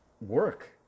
work